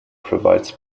provides